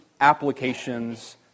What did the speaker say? applications